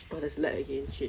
oh there's lag again shit